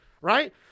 right